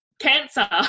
cancer